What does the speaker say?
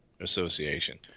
association